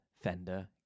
Fender